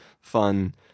fun